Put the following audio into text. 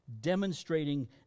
demonstrating